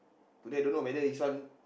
today don't know whether this one